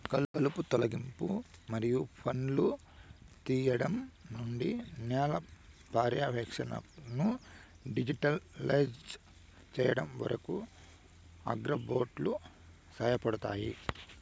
కలుపు తొలగింపు మరియు పండ్లను తీయడం నుండి నేల పర్యవేక్షణను డిజిటలైజ్ చేయడం వరకు, అగ్రిబోట్లు సహాయపడతాయి